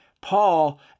Paul